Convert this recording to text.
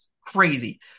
crazy